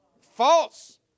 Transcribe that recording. False